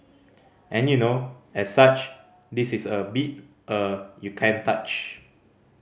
and you know as such this is a beat uh you can't touch